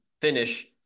finish